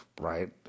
right